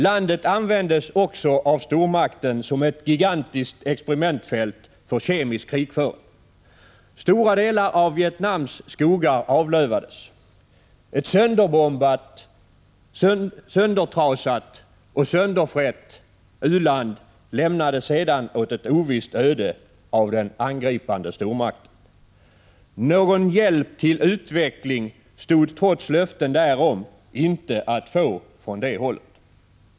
Landet användes av stormakten också som ett gigantiskt experimentfält för kemisk krigföring. Stora delar av Vietnams skogar avlövades. Ett sönderbombat, söndertrasat och sönderfrätt u-land lämnades sedan åt ett ovisst öde av den angripande stormakten. Någon hjälp till utveckling stod, trots löften därom, inte att få från det hållet.